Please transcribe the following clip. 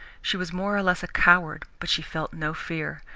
she was more or less a coward but she felt no fear.